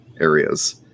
areas